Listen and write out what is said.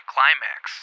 Climax